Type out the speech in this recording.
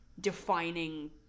defining